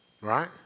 Right